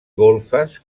golfes